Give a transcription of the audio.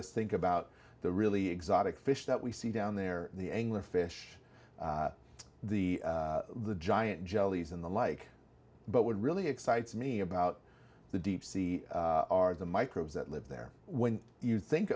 us think about the really exotic fish that we see down there the angler fish the the giant jellies and the like but would really excites me about the deep sea are the microbes that live there when you think